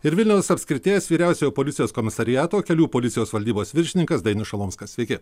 ir vilniaus apskrities vyriausiojo policijos komisariato kelių policijos valdybos viršininkas dainius šalomskas sveiki